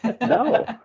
No